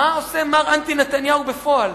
מה עושה מר אנטי נתניהו בפועל?